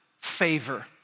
favor